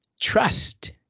Trust